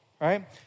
right